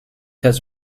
has